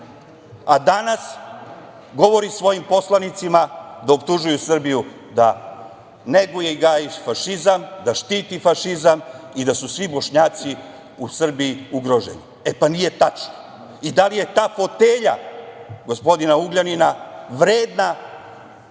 a danas govori svojim poslanicima da optužuju Srbiju da neguje i gaji fašizam, da štiti fašizam i da su svi Bošnjaci u Srbiji ugroženi. E pa, nije tačno. I da li je ta fotelja gospodina Ugljanina vredna